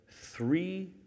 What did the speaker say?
three